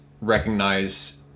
recognize